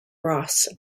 ross